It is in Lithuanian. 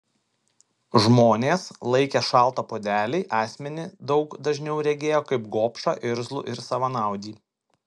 žmonės laikę šaltą puodelį asmenį daug dažniau regėjo kaip gobšą irzlų ir savanaudį